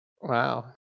Wow